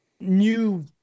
new